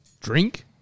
Drink